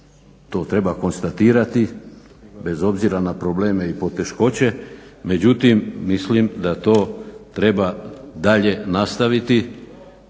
to treba konstatirati bez obzira na probleme i poteškoće. Međutim, mislim da to treba dalje nastaviti